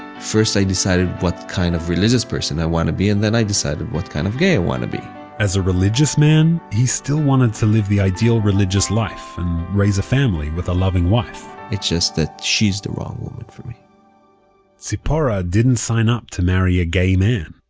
first i decided what kind of religious person i want to be, and then i decided what kind of gay i want to be as a religious man, he still wanted to live the ideal religious life, and raise a family with a loving wife it's just that she's the wrong woman for me tzipora didn't sign up to marry a gay man.